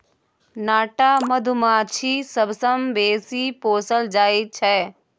नाटा मधुमाछी सबसँ बेसी पोसल जाइ छै